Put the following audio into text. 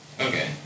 Okay